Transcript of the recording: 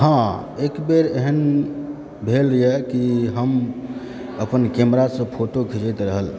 हँ एक बेर एहन भेलए कि हम अपन कैमरासँ फोटो खिंचैत रहलु